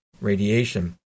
radiation